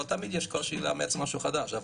אבל תמיד יש קושי לאמץ משהו חדש.